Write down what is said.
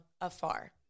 afar